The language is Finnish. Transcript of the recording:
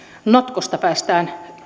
notkosta päästään